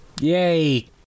Yay